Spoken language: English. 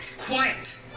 Quiet